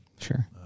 Sure